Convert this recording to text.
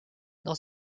dans